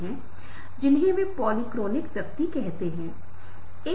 इसलिए जहां आप जटिल चीजों से निपट रहे हैं कृपया संदर्भ को देखें